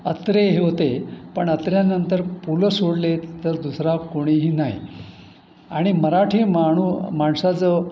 अत्रे हे होते पण अत्र्यानंतर पु ल सोडले तर दुसरा कोणीही नाही आणि मराठी माणू माणसाचं